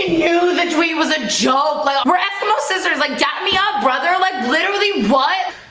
you the tweet was a job but um whereas the most deserves like got me up brother like literally what